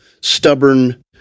stubborn